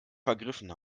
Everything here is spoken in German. vergriffen